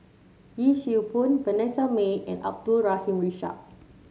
Yee Siew Pun Vanessa Mae and Abdul Rahim Ishak